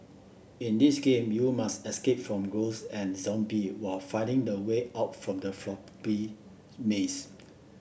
in this game you must escape from ghost and zombie while finding the way out from the maze